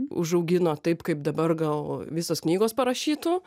užaugino taip kaip dabar gal visos knygos parašytų